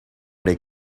they